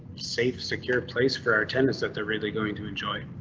safe, secure place for our tennis that they're really going to enjoy.